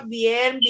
bien